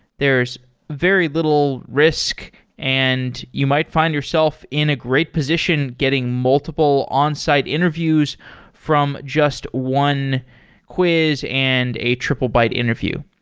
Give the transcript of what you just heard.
there's very little risk and you might find yourself in a great position getting multiple onsite interviews from just one quiz and a triplebyte interview.